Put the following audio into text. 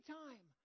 time